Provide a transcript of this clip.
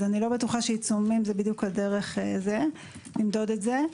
לא בטוח שעיצומים זו הדרך למדוד את זה.